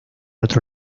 otro